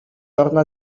torna